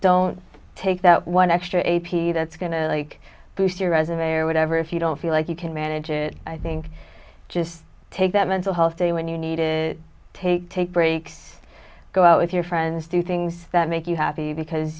don't take that one extra a p that's going to like boost your resume or whatever if you don't feel like you can manage it i think just take that mental health day when you need it take take breaks go out with your friends do things that make you happy because